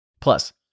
Plus